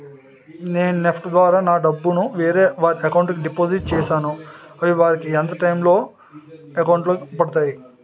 నేను నెఫ్ట్ ద్వారా నా డబ్బు ను వేరే వారి అకౌంట్ కు డిపాజిట్ చేశాను అవి వారికి ఎంత టైం లొ వారి అకౌంట్ లొ పడతాయి?